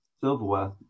silverware